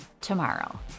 tomorrow